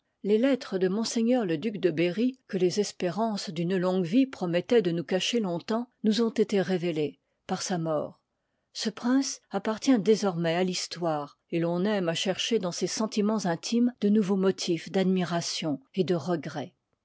les lettres de m le duc de berry que les espérances d'une longue vie promettoient de nous cacher longtemps nous ont été révélées par sa mort ce prince appartient désormais à l'histoire et l'on aime à chercher dans ses sentimens intimes de nouveaux motifs d'admiration et de regrets